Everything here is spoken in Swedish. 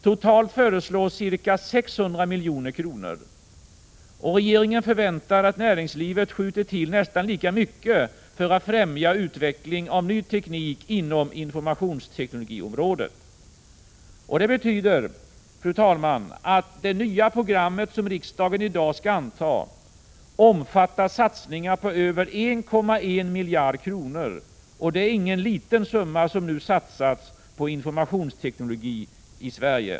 Totalt föreslås ca 600 milj.kr. Regeringen förväntar att näringslivet skjuter till nästan lika mycket för att främja utveckling av ny teknik inom informationsteknologiområdet. Det betyder att det nya programmet, som riksdagen i dag skall anta, omfattar satsningar på över 1,1 miljard kronor. Det är ingen liten summa, som nu satsas på informationsteknologin i Sverige.